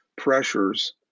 pressures